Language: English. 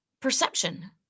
perception